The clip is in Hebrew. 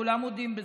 כולם מודים בזה.